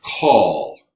call